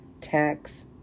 tax